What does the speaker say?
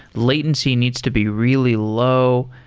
latency needs to be really low.